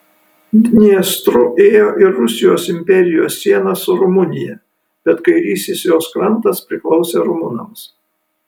dniestru ėjo ir rusijos imperijos siena su rumunija bet kairysis jos krantas priklausė rumunams